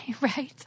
Right